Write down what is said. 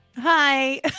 Hi